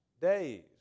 days